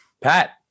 Pat